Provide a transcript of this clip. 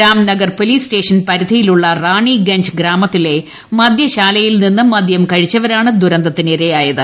Ramnagar police station പരിധിയിലുള്ള റാണിഗഞ്ച് ഗ്രാമത്തിലെ മദൃശാലയിൽ നിന്ന് മദൃം കഴിച്ചവരാണ് ദുരന്തത്തിനിരയായത്